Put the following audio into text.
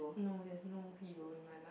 no there's no hero in my life